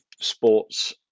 sports